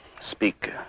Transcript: speak